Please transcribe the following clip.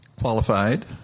qualified